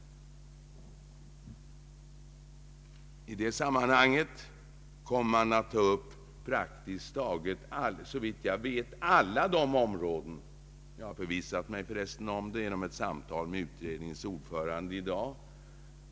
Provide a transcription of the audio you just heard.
I det sammanhanget kommer man att ta upp praktiskt taget alla de frågor där propåer förts fram i reservationerna. Detta har jag förvissat mig om genom ett samtal med utredningens ordförande i dag.